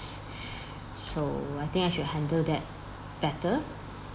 so I think I should handle that better